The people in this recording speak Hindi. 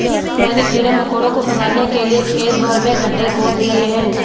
मैंने कीड़े मकोड़ों को फसाने के लिए खेत भर में गड्ढे खोद दिए हैं